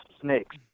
snakes